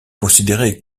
considérée